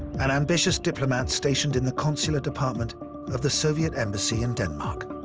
an ambitious diplomat stationed in the consular department of the soviet embassy in denmark.